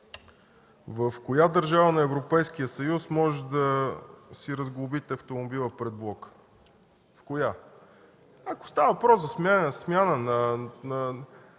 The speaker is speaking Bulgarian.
в коя държава на Европейския съюз може да си разглобите автомобила пред блока? В коя?! Ако става въпрос за смяна на